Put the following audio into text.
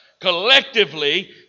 collectively